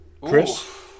Chris